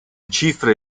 cifre